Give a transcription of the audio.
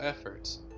efforts